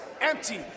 empty